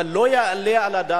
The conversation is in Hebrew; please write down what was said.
אבל לא יעלה על הדעת,